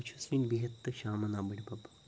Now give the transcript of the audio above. بہٕ چھُس وٕنۍ بِہِت تہٕ شامَن آو بٕڈۍبَب